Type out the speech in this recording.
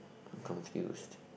I'm confused